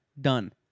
Done